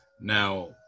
Now